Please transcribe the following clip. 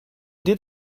did